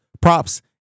props